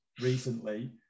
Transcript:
recently